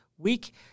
week